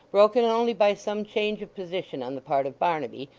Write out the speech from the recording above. broken only by some change of position on the part of barnaby,